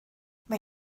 mae